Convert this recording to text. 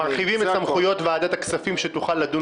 מרחיבים את סמכויות ועדת הכספים שתוכל לדון